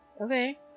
Okay